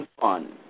fun